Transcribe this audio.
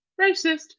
racist